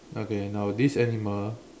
okay now this animal